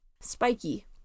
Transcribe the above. Spiky